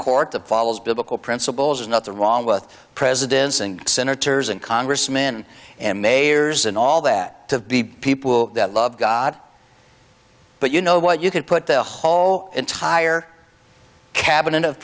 court that follows biblical principles not the wrong with presidents and senators and congressmen and mayors and all that to be people that love god but you know what you can put the whole entire cabinet of